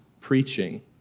Preaching